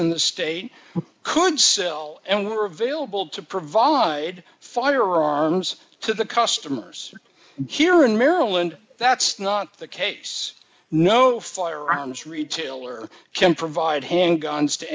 in the state could sell and were available to provide firearms to the customers here in maryland that's not the case no firearms retailer can provide handguns to